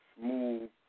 smooth